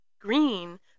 green